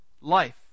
life